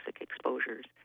exposures